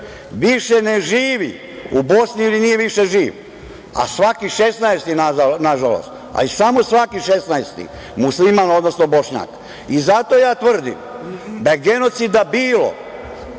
više ne živi u Bosni ili nije više živ, a svaki 16. nažalost, a i samo svaki 16. musliman, odnosno Bošnjak. Zato ja tvrdim da je genocida bilo